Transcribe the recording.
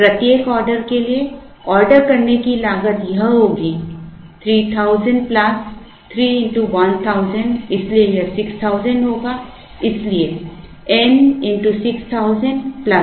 प्रत्येक ऑर्डर के लिए ऑर्डर करने की लागत यह होगी 3000 प्लस 3 x 1000 इसलिए यह 6000 होगा इसलिए n x 6000 plus Q2 x C C